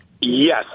Yes